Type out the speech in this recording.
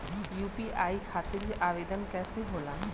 UPI खातिर आवेदन कैसे होला?